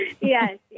yes